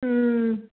ಹ್ಞೂ